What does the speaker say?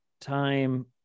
time